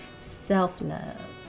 self-love